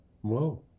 Whoa